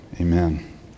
amen